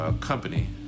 Company